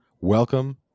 Welcome